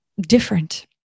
different